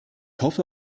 hoffe